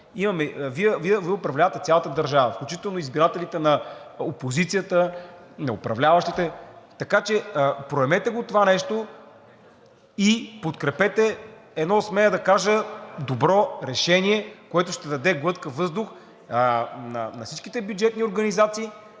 Вие управлявате цялата държава, включително избирателите на опозицията, на управляващите, така че проумейте го това нещо и подкрепете едно, смея да кажа, добро решение, което ще даде глътка въздух на всичките бюджетни организации,